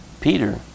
Peter